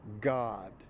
God